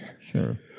Sure